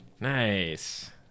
nice